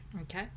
okay